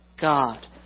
God